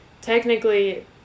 technically